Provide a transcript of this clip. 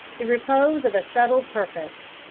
the repose of a settled purpose.